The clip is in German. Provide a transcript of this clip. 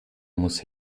muss